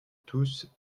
tous